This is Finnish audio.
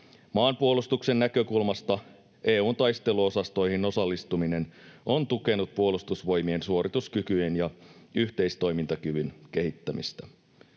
Maanpuolustuksen näkökulmasta EU:n taisteluosastoihin osallistuminen on tukenut Puolustusvoimien suorituskykyjen ja yhteistoimintakyvyn kehittämistä.